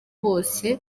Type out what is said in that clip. bose